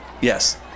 Yes